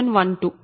2712